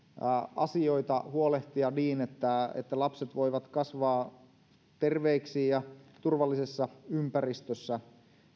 asioita huolehtia niin että lapset voivat kasvaa terveiksi ja turvallisessa ympäristössä